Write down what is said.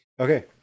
Okay